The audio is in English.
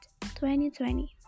2020